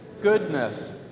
goodness